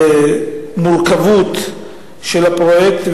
במורכבות של הפרויקט,